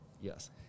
Yes